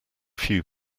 few